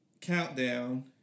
countdown